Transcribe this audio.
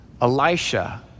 Elisha